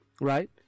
right